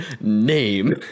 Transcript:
name